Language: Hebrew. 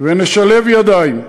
ונשלב ידיים,